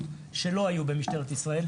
לניטור הרשתות שלא היו במשטרת ישראל.